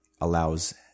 allows